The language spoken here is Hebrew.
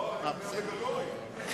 לא, אני אומר בגלוי.